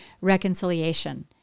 reconciliation